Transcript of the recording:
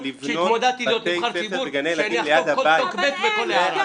כשהתמודדתי להיות נבחר ציבור לקחתי בחשבון שאחטוף כל טוקבק וכל הערה.